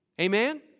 Amen